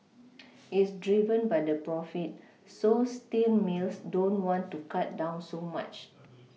it's driven by the profit so steel mills don't want to cut down so much